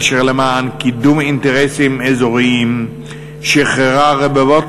אשר למען קידום אינטרסים אזוריים שחררה רבבות